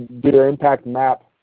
did their impact map.